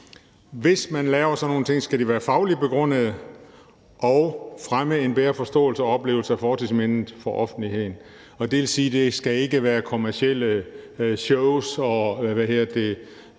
Hvis man laver sådan nogle ting, skal det være fagligt begrundet og fremme en bedre forståelse og oplevelse af fortidsmindet for offentligheden. Det vil sige, at det ikke skal være kommercielle shows og